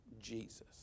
Jesus